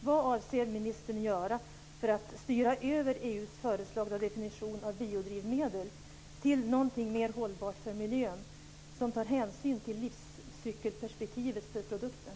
Vad avser ministern göra för att styra över EU:s föreslagna definition av biodrivmedel till någonting mer hållbart för miljön som tar hänsyn till livscykelperspektivet för produkter?